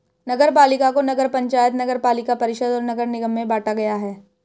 नगरपालिका को नगर पंचायत, नगरपालिका परिषद और नगर निगम में बांटा गया है